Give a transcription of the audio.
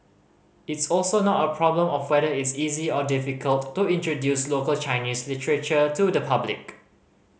it's also not a problem of feather it's easy or difficult to introduce local Chinese literature to the public